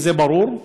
וזה ברור.